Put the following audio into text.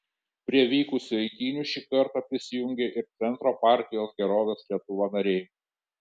prie vykusių eitynių šį kartą prisijungė ir centro partijos gerovės lietuva nariai